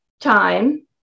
time